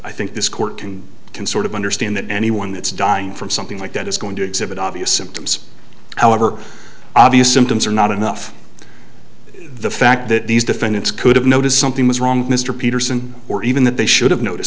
think this court can can sort of understand that anyone that's dying from something like that is going to exhibit obvious symptoms however obvious symptoms are not enough the fact that these defendants could have noticed something was wrong mr peterson or even that they should have noticed